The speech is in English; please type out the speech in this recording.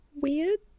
weird